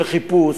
של חיפוש,